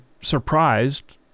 surprised